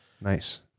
Nice